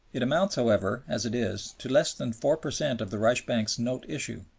it amounts, however, as it is, to less than four per cent of the reichsbank's note issue,